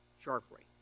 sharply